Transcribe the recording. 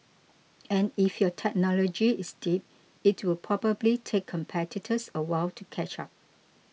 and if your technology is deep it will probably take competitors a while to catch up